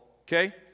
okay